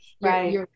Right